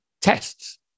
tests